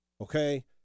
okay